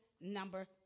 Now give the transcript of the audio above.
number